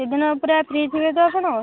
ସେ ଦିନ ପୁରା ଫ୍ରି ଥିବେ ତ ଆପଣ